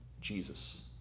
Jesus